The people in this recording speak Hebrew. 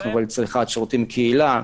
צריכת שירותי קהילה,